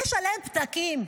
יש עליהן פתקים.